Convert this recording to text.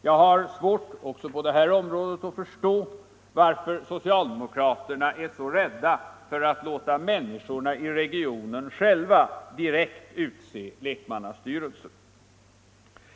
Jag har även på detta område svårt att förstå varför socialdemokraterna är så rädda för att låta människorna i regionen själva direkt utse lekmannastyrelser.